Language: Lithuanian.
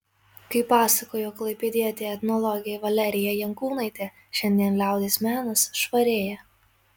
kaip pasakojo klaipėdietė etnologė valerija jankūnaitė šiandien liaudies menas švarėja